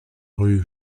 rue